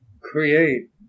create